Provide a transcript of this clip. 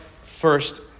first